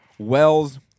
Wells